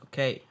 Okay